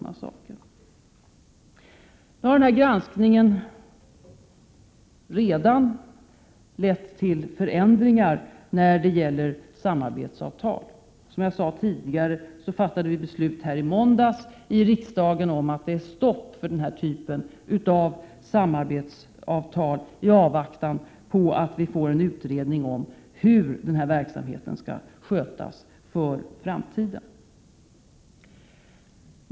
Nu har denna granskning redan lett till förändringar när det gäller samarbetsavtal. Som jag sade tidigare fattade vi i måndags här i riksdagen beslut om att det i avvaktan på att vi får en utredning om hur denna verksamhet skall skötas i framtiden är stopp för den här typen av samarbetsavtal.